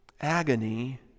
agony